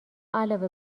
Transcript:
علاوه